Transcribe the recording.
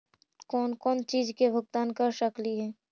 कौन कौन चिज के भुगतान कर सकली हे?